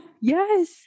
Yes